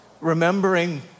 remembering